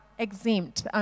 exempt